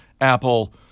Apple